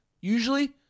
usually